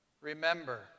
remember